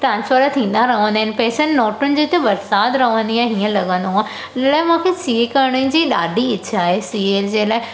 transfer थींदा रहंदा आहिनि पैसनि नोटनि जी हिते बरसाति रहंदी आहे हीअं लॻंदो आहे इन लाइ मूंखे सी ए करण जी ॾाढी इच्छा आहे सी ए जे लाइ